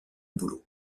bouleaux